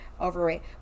overweight